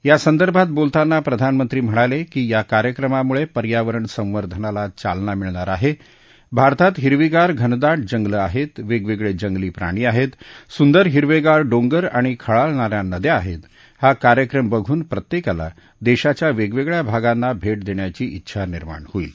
यासंदर्भात बोलताना प्रधानमंत्री म्हणाले की या कार्यक्रमामुळे पर्यावरण संवर्धनाला चालना मिळणार आहे भारतात हिरवीगार घनदाट जंगलं आहेत वेगवेगळे जंगली प्राणी आहेत सुदंर हिरवेगार डोंगर आणि खळाळणाऱ्या नद्या आहेत हा कार्यक्रम बघून प्रत्येकाला देशाच्या वेगवेगळ्या भागांना भेट देण्याची ा उछा निर्माण होईल